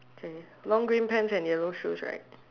okay long green pants and yellow shoes right